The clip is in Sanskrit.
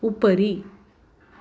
उपरि